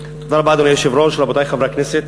אדוני היושב-ראש, תודה רבה, רבותי חברי הכנסת,